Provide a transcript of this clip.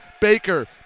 Baker